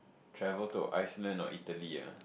travel to Iceland or Italy ah